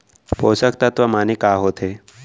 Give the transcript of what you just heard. पोसक तत्व माने का होथे?